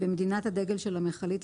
במדינת הדגל של המכלית,